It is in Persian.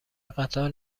قطار